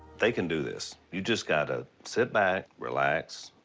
they can do this. you just gotta sit back, relax,